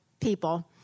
people